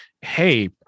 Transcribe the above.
hey